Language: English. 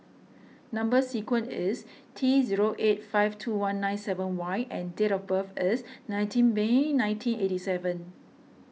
Number Sequence is T zero eight five two one nine seven Y and date of birth is nineteen May nineteen eighty seven